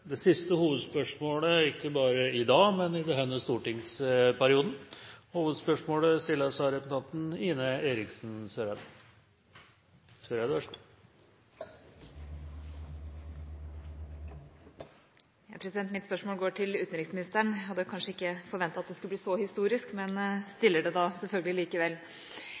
det siste hovedspørsmålet, ikke bare i dag, men i denne stortingsperioden. Hovedspørsmålet stilles av representanten Ine M. Eriksen Søreide. Mitt spørsmål går til utenriksministeren. Jeg hadde kanskje ikke forventet at det skulle bli så historisk, men stiller det selvfølgelig likevel.